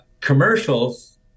commercials